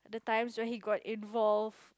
the times where he got involve